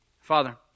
Father